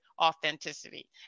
authenticity